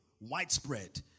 widespread